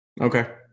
Okay